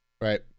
right